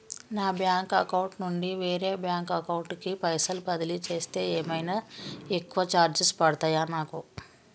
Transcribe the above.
నా bank account నుండి వేరే బ్యాంక్ అకౌంట్ కి పైసల్ బదిలీ చేస్తే ఏమైనా ఎక్కువ చార్జెస్ పడ్తయా నాకు?